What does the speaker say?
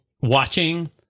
watching